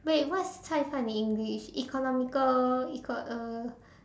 wait what is cai fan in English economical econ~ uh